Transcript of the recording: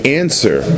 answer